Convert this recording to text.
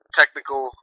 technical